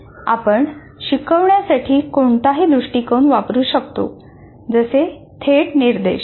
आपण शिकवण्यासाठी कोणताही दृष्टीकोन वापरू शकतो जसे थेट निर्देश